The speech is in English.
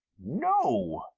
no,